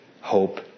hope